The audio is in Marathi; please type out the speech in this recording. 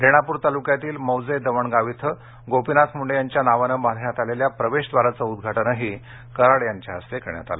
रेणापूर तालूक्यातील मौजे दवणगाव इथं गोपीनाथ मुंडे यांच्या नावानं बांधण्यात आलेल्या प्रवेशद्वाराचं उद्घाटनही कराड यांच्या हस्ते करण्यात आलं